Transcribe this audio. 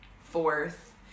Fourth